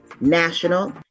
national